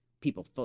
people